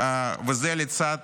וזה לצד